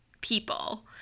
people